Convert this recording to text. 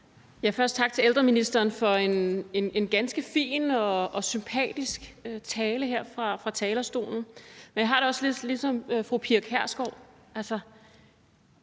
tak til ældreministeren for en ganske fin og sympatisk tale her fra talerstolen. Men jeg har det også lidt ligesom fru Pia